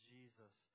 Jesus